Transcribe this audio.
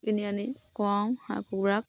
কিনি আনি খুৱাওঁ হাঁহ কুকুৰাক